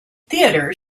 theatre